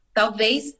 talvez